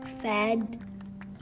fed